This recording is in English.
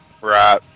right